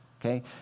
okay